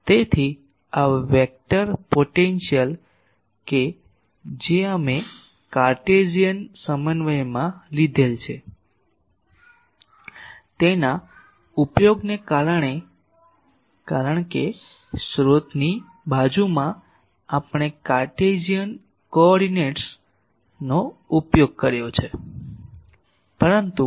તેથી આ vector potential કે જે અમે કાર્ટેશિયન સમન્વયમાં લીધેલ છે તેના ઉપયોગને કારણે કારણ કે સ્રોતની બાજુમાં આપણે કાર્ટેશિયન કોઓર્ડિનેટ્સનો ઉપયોગ કર્યો છે પરંતુ